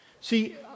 see